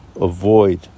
avoid